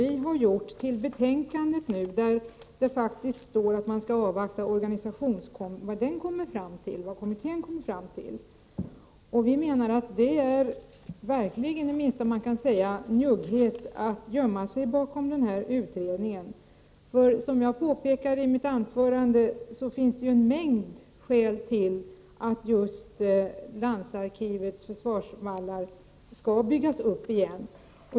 I betänkandet står det att man skall avvakta vad organisationskommittén kommer fram till. Vi menar att njugghet är det minsta man kan kalla det för, att gömma sig bakom denna utredning. Som jag påpekade i mitt anförande finns det en mängd skäl till att just landsarkivets försvarsvallar skall byggas upp igen.